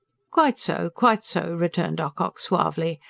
quite so, quite so! returned ocock suavely,